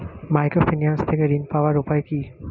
Microfinance থেকে ঋণ পাওয়ার উপায় কি?